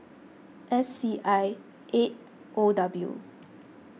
S C I eight O W